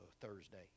Thursday